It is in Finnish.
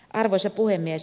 arvoisa puhemies